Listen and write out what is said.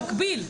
בבקשה.